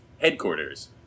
headquarters